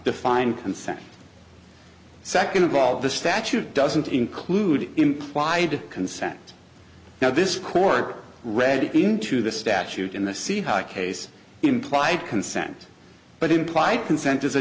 define consent second of all the statute doesn't include implied consent now this court read into the statute in the see how case implied consent but implied consen